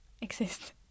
exist